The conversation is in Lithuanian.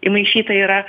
įmaišyta yra